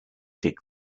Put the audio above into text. dig